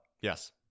Yes